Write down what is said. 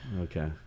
okay